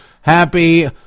Happy